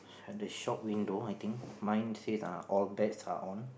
at the shop window I think mine says uh all bets are on